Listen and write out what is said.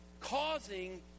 causing